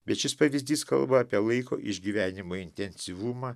bet šis pavyzdys kalba apie laiko išgyvenimo intensyvumą